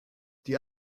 die